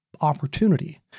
opportunity